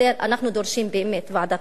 אנחנו דורשים באמת ועדת חקירה ממלכתית.